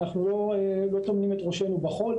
אנחנו לא טומנים את ראשנו בחול.